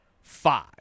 five